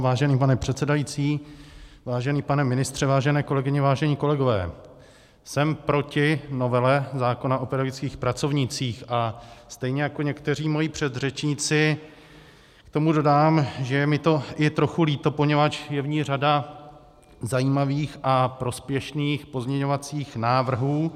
Vážený pane předsedající, vážený pane ministře, vážené kolegyně, vážení kolegové, jsem proti novele zákona o pedagogických pracovnících a stejně jako někteří moji předřečníci k tomu dodám, že je mi to i trochu líto, poněvadž je v ní řada zajímavých a prospěšných pozměňovacích návrhů.